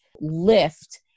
lift